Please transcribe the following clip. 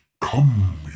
come